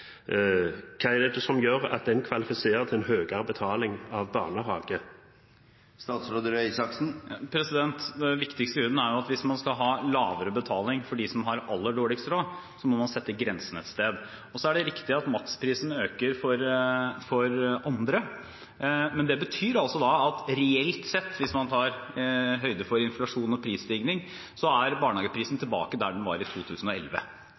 kvalifiserer til en høyere betaling for barnehage? Den viktigste grunnen er jo at hvis man skal ha lavere betaling for dem som har aller dårligst råd, må man sette grensen et sted. Det er riktig at maksprisen øker for andre, men det betyr altså at reelt sett, hvis man tar høyde for inflasjon og prisstigning, så er barnehageprisen tilbake der den var i 2011,